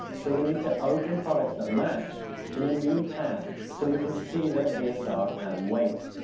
so we need to open products that match in a new tab so we can see their bsr and weight.